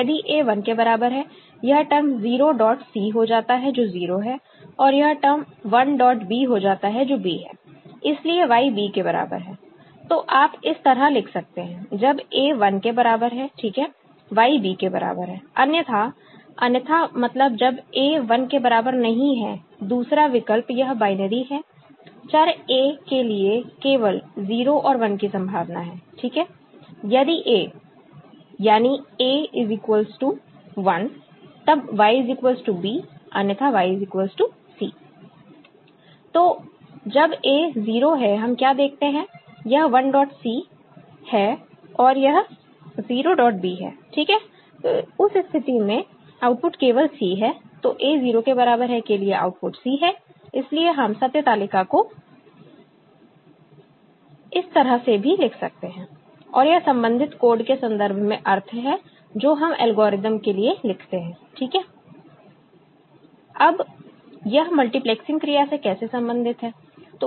यदि A 1 के बराबर है यह टर्म 0 डॉट C हो जाता है जो 0 है और यह टर्म 1 डॉट B हो जाता है जो B है इसलिए Y B के बराबर है तो आप इस तरह लिख सकते हैं जब A 1 के बराबर है ठीक है Y B के बराबर है अन्यथा अन्यथा मतलब जब A 1 के बराबर नहीं है दूसरा विकल्प यह बायनरी है चर A के लिए केवल 0 और 1 की संभावना है ठीक है यदि A यानी A 1 तब Y B अन्यथा Y C तो जब A 0 है हम क्या देखते हैं यह 1 डॉट C है और यह 0 डॉट B है ठीक है तो उस स्थिति में आउटपुट केवल C है तो A 0 के बराबर है के लिए आउटपुट C है इसलिए हम सत्य तालिका को इस तरह से भी लिख सकते हैं और यह संबंधित कोड के संदर्भ में अर्थ है जो हम एल्गोरिदम के लिए लिखते हैं ठीक है अब यह मल्टीप्लेक्सिंग क्रिया से कैसे संबंधित है